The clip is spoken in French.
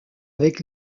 avec